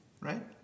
right